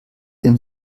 dem